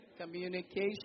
communication